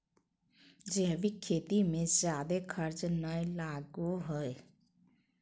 जैविक खेती मे जादे खर्च नय लगो हय